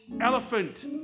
elephant